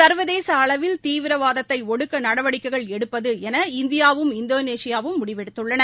சா்வதேசஅளவில் தீவிரவாதத்தைஒடுக்கநடவடிக்கைகள் எடுப்பதுஎன இந்தியாவும் இந்தோனேஷியாவும் முடிவெடுத்துள்ளன